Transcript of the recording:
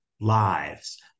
lives